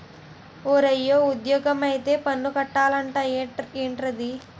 ఓరయ్యా ఉజ్జోగమొత్తే పన్ను కట్టాలట ఏట్రది